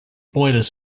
boilers